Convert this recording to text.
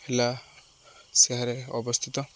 ହେଲା ସହରରେ ଅବସ୍ଥିତ